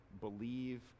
believe